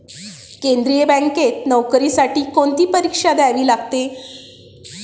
केंद्रीय बँकेत नोकरीसाठी कोणती परीक्षा द्यावी लागते?